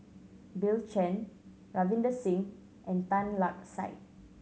Bill Chen Ravinder Singh and Tan Lark Sye